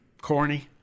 corny